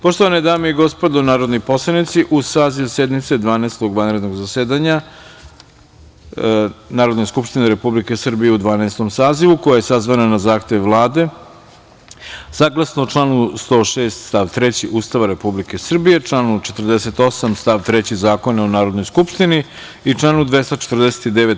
Poštovane dame i gospodo narodni poslanici, uz saziv sednice Dvanaestog vanrednog zasedanja Narodne skupštine Republike Srbije u Dvanaestom sazivu, koja je sazvana na zahtev Vlade, saglasno članu 106. stav 3. Ustava Republike Srbije, članu 48. stav 3. Zakona o Narodnoj skupštini i članu 249.